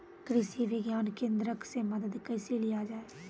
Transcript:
कृषि विज्ञान केन्द्रऽक से मदद कैसे लिया जाय?